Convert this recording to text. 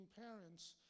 parents